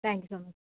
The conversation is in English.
thank you so much